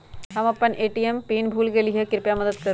हम अपन ATM PIN भूल गेली ह, कृपया मदत करू